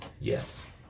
Yes